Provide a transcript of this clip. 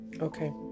Okay